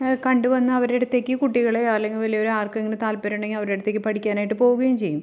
കണ്ടു വന്ന് അവരുടെ അടുത്തേക്ക് കുട്ടികളെയോ അല്ലെങ്കിൽ വലിയവരോ ആർക്കെങ്കിലും താത്പര്യം ഉണ്ടെങ്കിൽ അവരുടെ അടുത്തേക്ക് പഠിക്കാനായിട്ട് പോകുകയും ചെയ്യും